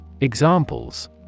Examples